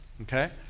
okay